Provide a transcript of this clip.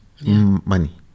money